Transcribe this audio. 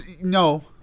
No